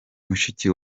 mushiki